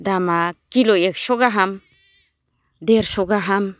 दामा किल' एकस' गाहाम देरस' गाहाम